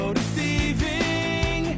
deceiving